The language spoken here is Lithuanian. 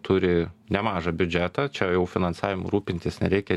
turi nemažą biudžetą čia jau finansavimu rūpintis nereikia